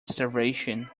starvation